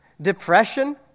depression